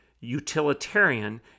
utilitarian